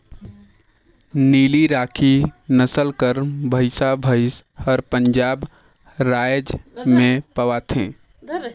नीली राकी नसल कर भंइसा भंइस हर पंजाब राएज में पवाथे